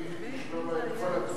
צריך לשלול לו את כל התמיכה,